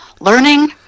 learning